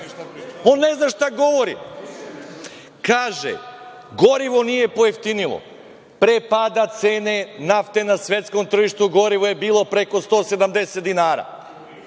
On ne zna šta govori. Kaže – gorivo nije pojeftinilo. Pre pada cene nafte na svetskom tržištu gorivo je bilo preko 170 dinara.